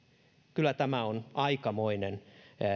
kyllä tämä on aikamoinen